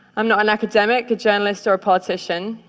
i'm not an academic, a journalist or a politician.